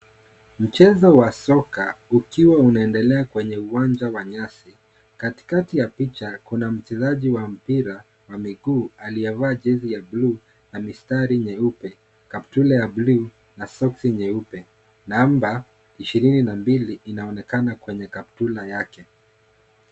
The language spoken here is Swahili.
Mchezo wa soka, ukiwa unaendelea kwenye uwanja wa nyasi. Katikati ya picha kuna mchezaji wa mpira wa miguu, aliyevaa jezi ya bluu na mistari nyeupe, kaptura ya bluu na soksi nyeupe. Namba ishirini na mbili inaonekana kwenye kaptura yake.